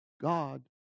God